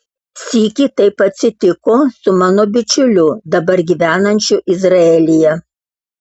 sykį taip atsitiko su mano bičiuliu dabar gyvenančiu izraelyje